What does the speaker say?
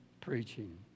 preaching